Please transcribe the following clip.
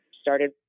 started